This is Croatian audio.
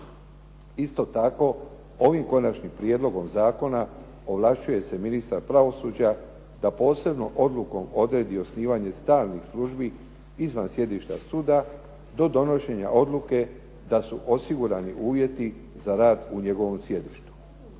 Isto tako ovim konačnim prijedlogom zakona, ovlašćuje se ministar pravosuđa da posebnom odlukom odredi osnivanje stalnih službi izvan sjedišta suda, do donošenja odluke da su osigurani uvjeti za rad u njegovom sjedištu.